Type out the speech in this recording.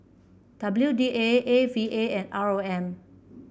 W D A A V A and R O M